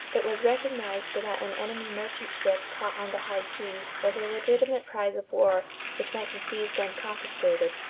it was recognized that an enemy merchant ship caught on the high seas was a legitimate prize of war which might be seized and confiscated.